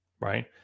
right